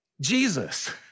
Jesus